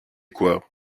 quoi